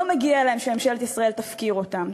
לא מגיע להם שממשלת ישראל תפקיר אותם.